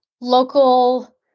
local